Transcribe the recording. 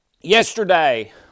yesterday